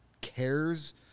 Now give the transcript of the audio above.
cares